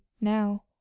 now